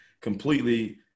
completely